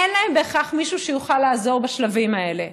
אין להם בהכרח מישהו שיוכל לעזור בשלבים האלה.